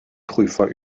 prüfer